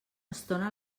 estona